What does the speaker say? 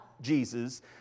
Jesus